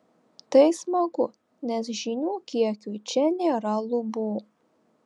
tai smagu nes žinių kiekiui čia nėra lubų